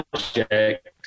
project